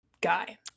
guy